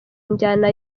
njyana